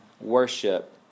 worship